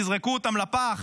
תזרקו אותם לפח,